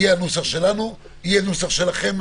יהיה הנוסח שלנו, יהיה הנוסח שלכם.